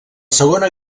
segona